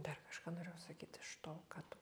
dar kažką norėjau sakyt iš to ką tu